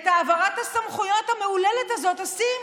את העברת הסמכויות המהוללת הזאת עושים